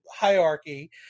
hierarchy